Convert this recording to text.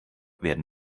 werden